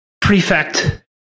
Prefect